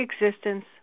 existence